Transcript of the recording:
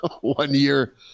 one-year –